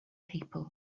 people